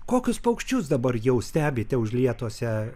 kokius paukščius dabar jau stebite užlietose